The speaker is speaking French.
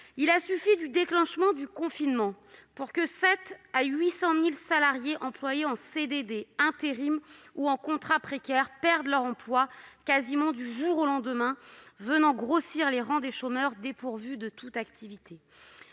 il a suffi que l'on déclenche le confinement pour que 700 000 à 800 000 salariés en CDD, en intérim ou en contrat précaire perdent leur emploi, quasiment du jour au lendemain, venant grossir les rangs des chômeurs dépourvus de toute activité.